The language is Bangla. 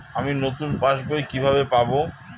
আমি নতুন পাস বই কিভাবে পাব?